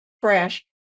fresh